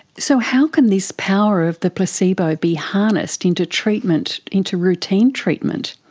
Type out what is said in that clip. so how can this power of the placebo be harnessed into treatment, into routine treatment?